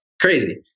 crazy